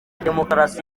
demokarasi